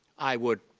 i would,